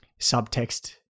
subtext